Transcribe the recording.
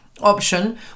option